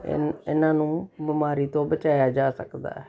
ਇਨ ਇਨ੍ਹਾਂ ਨੂੰ ਬਿਮਾਰੀ ਤੋਂ ਬਚਾਇਆ ਜਾ ਸਕਦਾ ਹੈ